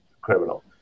criminal